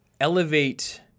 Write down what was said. elevate